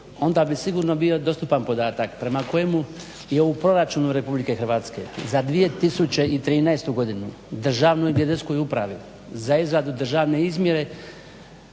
onda bi sigurno bio dostupan podatak prema kojemu i u proračunu Republike Hrvatske za 2013. godinu Državnoj i geodetskoj upravi za izradu državne izmjere